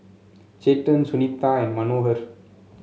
Chetan Sunita and Manohar